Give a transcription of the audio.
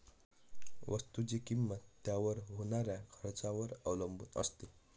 वस्तुची किंमत त्याच्यावर होणाऱ्या खर्चावर अवलंबून असते